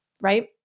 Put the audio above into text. right